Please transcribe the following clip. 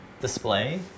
display